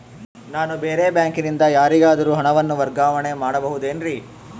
ನಾನು ಬೇರೆ ಬ್ಯಾಂಕಿನಿಂದ ಯಾರಿಗಾದರೂ ಹಣವನ್ನು ವರ್ಗಾವಣೆ ಮಾಡಬಹುದೇನ್ರಿ?